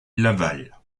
laval